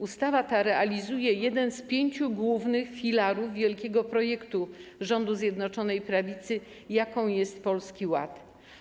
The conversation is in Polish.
Ustawa realizuje jeden z pięciu głównych filarów wielkiego projektu rządu Zjednoczonej Prawicy, jakim jest Polski Ład.